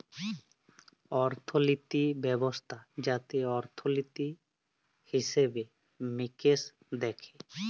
অর্থলিতি ব্যবস্থা যাতে অর্থলিতি, হিসেবে মিকেশ দ্যাখে